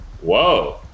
Whoa